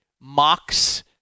mocks